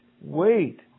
wait